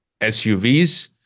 SUVs